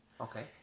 Okay